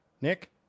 nick